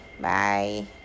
Bye